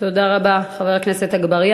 תודה רבה, חבר הכנסת אגבאריה.